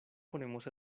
ponemos